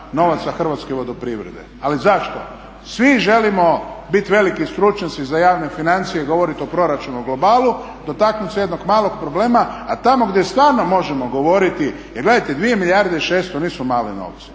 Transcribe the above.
Hrvatske vodoprivrede. Ali zašto? Svi želimo biti veliki stručnjaci za javne financije i govoriti o proračunu u globalu, dotaknut se jednog malog problema. A tamo gdje stvarno možemo govoriti, jer gledajte 2 milijarde i 600 nisu mali novci.